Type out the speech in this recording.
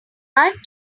talking